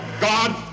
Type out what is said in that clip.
God